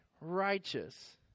righteous